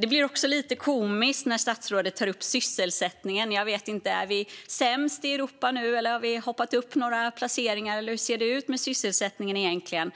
Det blir också lite komiskt när statsrådet tar upp sysselsättningen. Jag vet inte - är vi sämst i Europa nu, eller har vi hoppat upp några placeringar? Hur ser det ut med sysselsättningen egentligen?